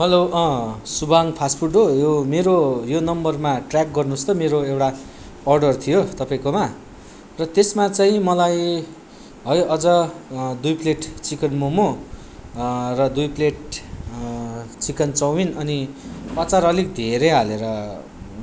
hello अँ Subang fast food हो मेरो यो नम्बरमा ट्रयाक गर्नुस् त मेरो एउटा अर्डर थियो तपाईँकोमा र त्यसमा चाहिँ मलाई है अझ दुई प्लेट चिकन मोमो र दुई प्लेट चिकन चाउमिन अनि अचार अलिक धेरै हालेर